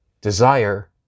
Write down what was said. desire